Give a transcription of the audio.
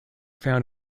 found